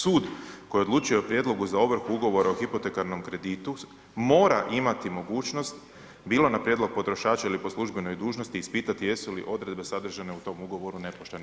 Sud koji odlučuje o prijedlogu za ovrhu ugovora o hipotekarnom kreditu mora imati mogućnost bilo na prijedlog potrošača ili po službenoj dužnosti ispitati jesu li odredbe sadržane u tom ugovoru nepoštene.